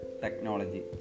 technology